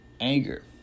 Anger